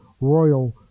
royal